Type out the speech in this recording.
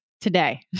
today